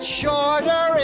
shorter